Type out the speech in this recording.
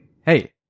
Hey